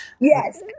yes